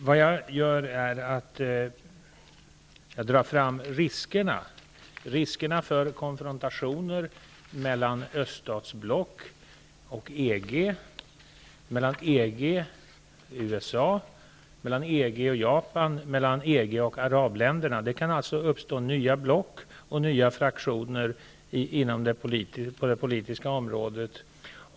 Herr talman! Jag drar fram riskerna för konfrontationer mellan öststatsblock och EG, EG och USA, EG och Japan och EG och arabländerna. Det kan uppstå nya block och fraktioner på det politiska området.